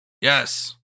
Yes